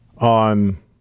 on